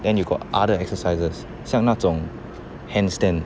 then you got other exercises 像那种 handstand